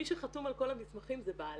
מי שחתום על כל המסמכים זה בעלה,